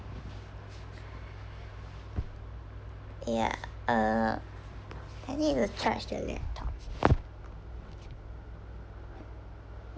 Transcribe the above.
ya err I need to charge the laptop